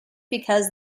because